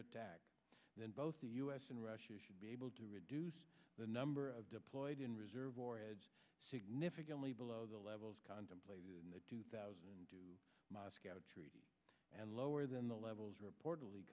attack then both the us and russia should be able to reduce the number of deployed in reserve warheads significantly below the levels contemplated in the two thousand and two moscow treaty and lower than the levels reportedly